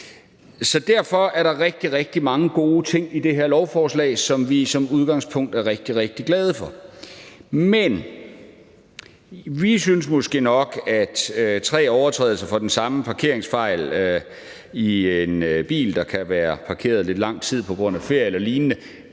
Så derfor er der rigtig, rigtig mange gode ting i det her lovforslag, som vi som udgangspunkt er rigtig, rigtig glade for. Men vi synes måske, at det efter tre parkeringsafgifter for den samme parkeringsfejl – i forhold til en bil, der kan have stået parkeret i lidt lang tid på grund af ferie eller lignende